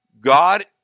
God